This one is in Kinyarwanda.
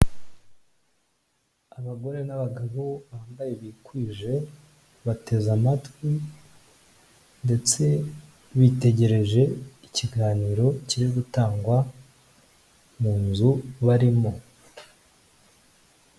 Abagore n'abagabo bambaye bikwije, bateze amatwi ndetse bitegereje ikiganiro kiri gutangwa mu nzu barimo.